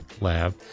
Lab